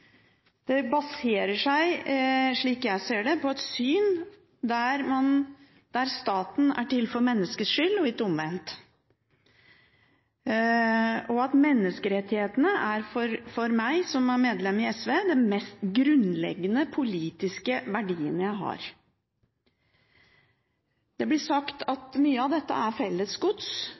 Det baserer seg, slik jeg ser det, på et syn der staten er til for menneskets skyld, og ikke omvendt. Menneskerettighetene er for meg, som medlem i SV, de mest grunnleggende politiske verdiene. Det blir sagt at mye av dette er felles gods,